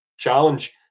challenge